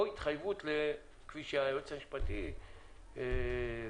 או התחייבות כפי שהיועץ המשפטי ביקש,